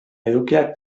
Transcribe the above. edukiak